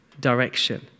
direction